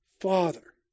Father